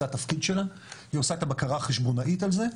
זה התפקיד שלה והיא עושה את הבקרה החשבונאית על זה.